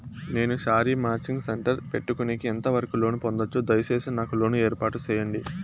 నేను sari matching centre పెట్టుకునేకి ఎంత వరకు లోను పొందొచ్చు? దయసేసి నాకు లోను ఏర్పాటు సేయండి?